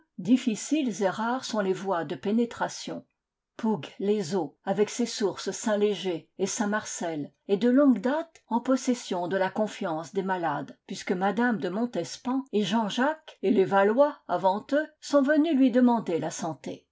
difficiles et rares sont les voies de pénétration pouguesles eaux avec ses sources saint léger et saintmarcel est de longue date en possession de la confiance des malades puisque m de montespan et jean-jacques et les valois avant eux sont venus lui demander la santé